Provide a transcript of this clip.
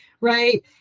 right